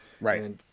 Right